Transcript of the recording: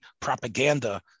propaganda